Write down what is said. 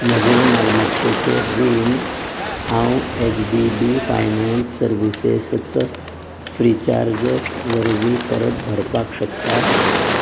म्हजें मालमत्तेचेर रीण हांव एच डी बी फायनान्स सर्विसे सत फ्री चार्ज वरवीं परत भरपाक शकता